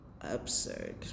absurd